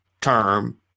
term